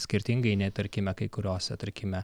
skirtingai nei tarkime kai kuriose tarkime